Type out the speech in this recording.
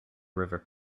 river